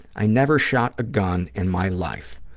i never shot a gun in my life.